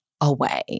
away